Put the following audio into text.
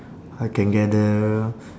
I can gather